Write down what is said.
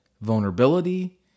vulnerability